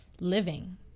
living